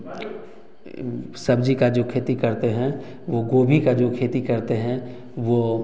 सब्जी का जो खेती करते हैं वह गोभी का जो खेती करते हैं वह